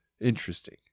Interesting